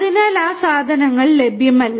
അതിനാൽ ആ സാധനങ്ങൾ ലഭ്യമല്ല